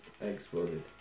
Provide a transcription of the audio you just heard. exploded